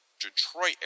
Detroit